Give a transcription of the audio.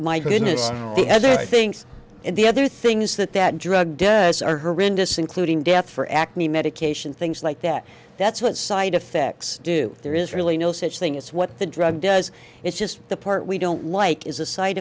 my goodness the other i think and the other things that that drug does are horrendous including death for acne medication things like that that's what side effects do there is really no such thing as what the drug does it's just the part we don't like is a side